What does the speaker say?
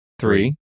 three